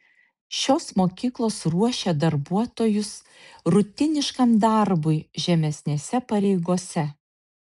šios mokyklos ruošia darbuotojus rutiniškam darbui žemesnėse pareigose